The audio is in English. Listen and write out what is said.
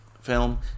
film